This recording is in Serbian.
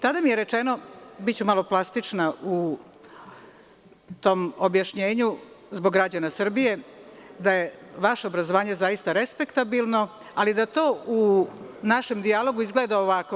Tada mi je rečeno, biću malo plastična u tom objašnjenju zbog građana Srbije, da je vaše obrazovanje zaista respektabilno, ali da to u našem dijalogu izgleda ovako.